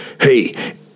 Hey